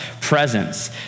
presence